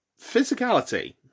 Physicality